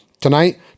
Tonight